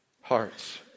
hearts